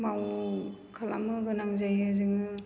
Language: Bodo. मावो खालामनो गोनां जायो जोङो